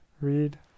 read